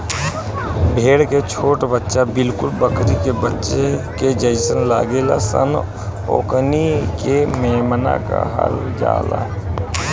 भेड़ के छोट बच्चा बिलकुल बकरी के बच्चा के जइसे लागेल सन ओकनी के मेमना कहल जाला